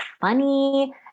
funny